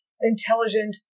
intelligent